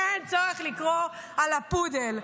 אין צורך לקרוא על הפודל.